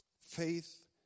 Faith